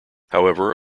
however